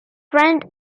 friend